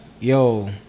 Yo